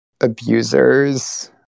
abusers